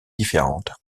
différentes